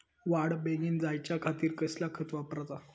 वाढ बेगीन जायच्या खातीर कसला खत वापराचा?